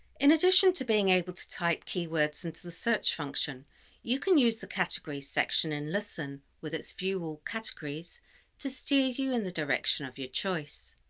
in addition to being able to type keywords into the search function you can use the categories section in listen with it's view all categories to steer you in the direction of your choice.